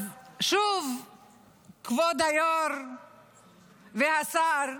שוב כבוד היו"ר והשר,